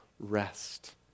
rest